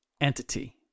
entity